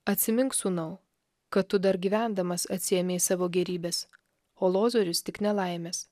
atsimink sūnau kad tu dar gyvendamas atsiėmei savo gėrybes o lozorius tik nelaimes